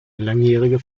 langjährige